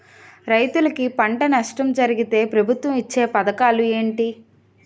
రైతులుకి పంట నష్టం జరిగితే ప్రభుత్వం ఇచ్చా పథకాలు ఏంటి?